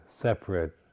separate